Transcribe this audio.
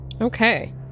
Okay